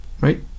right